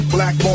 Black